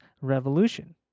revolution